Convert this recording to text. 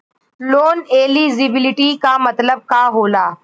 Loan eligibility का मतलब का होला?